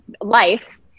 life